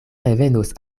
revenos